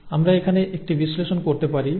একইভাবে আমরা এখানে একটি বিশ্লেষণ করতে পারি